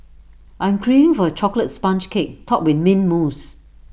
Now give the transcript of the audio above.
I am craving for A Chocolate Sponge Cake Topped with Mint Mousse